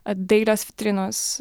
dailios vitrinos